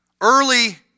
Early